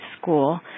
school